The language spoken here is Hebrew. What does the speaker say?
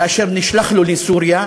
כאשר נשלחנו לסוריה.